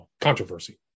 controversy